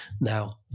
Now